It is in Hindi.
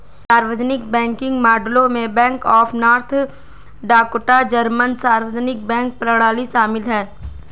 सार्वजनिक बैंकिंग मॉडलों में Bank of North Dakota German सार्वजनिक बैंक प्रणाली शामिल है